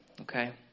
Okay